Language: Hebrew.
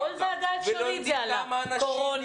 זה עלה בכל ועדה אפשרית: קורונה,